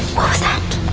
was that?